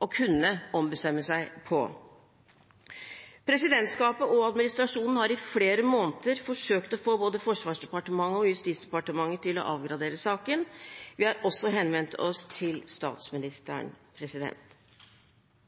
å kunne ombestemme seg på. Presidentskapet og administrasjonen har i flere måneder forsøkt å få både Forsvarsdepartementet og Justis- og beredskapsdepartementet til å avgradere saken. Vi har også henvendt oss til